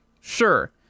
sure